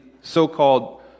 so-called